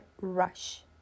rush